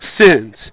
sins